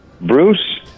Bruce